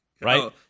Right